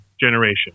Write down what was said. generation